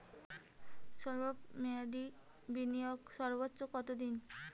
স্বল্প মেয়াদি বিনিয়োগ সর্বোচ্চ কত দিন?